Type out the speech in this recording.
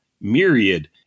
Myriad